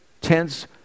tense